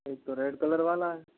एक तो red colour वाला है